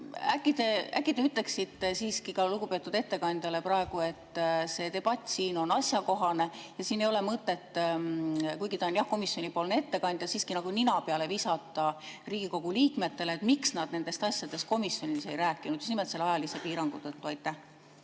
äkki te ütleksite ka lugupeetud ettekandjale praegu, et see debatt siin on asjakohane ja siin ei ole mõtet, kuigi ta on, jah, komisjonipoolne ettekandja, nina peale visata Riigikogu liikmetele, miks nad nendest asjadest komisjonis ei rääkinud. Just nimelt selle ajalise piirangu tõttu. Aitäh!